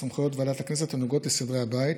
סמכויות ועדת הכנסת הנוגעות לסדרי הבית